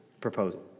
proposal